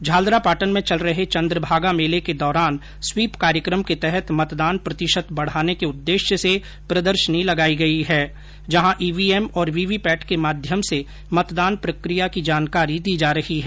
झालरापाटन में चल रहे चन्द्रभागा मेले के दौरान स्वीप कार्यक्रम के तहत मतदान प्रतिशत बढाने के उद्देश्य से प्रदर्शनी लगाई गई है जहां ईवीएम और वीवीपैट के माध्यम से मतदान प्रक्रिया की जानकारी दी जा रही है